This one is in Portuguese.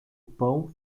pão